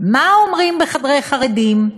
מה אומרים ב"בחדרי חרדים"?